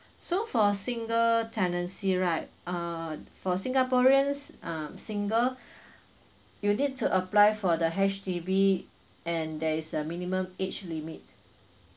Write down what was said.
so for a single tenancy right uh for singaporeans um single you need to apply for the H_D_B and there is a minimum age limit